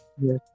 Yes